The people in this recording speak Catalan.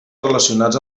relacionats